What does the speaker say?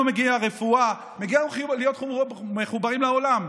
מגיעה רפואה ומגיע לנו להיות מחוברים לעולם.